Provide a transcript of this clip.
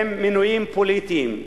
הם מינויים פוליטיים.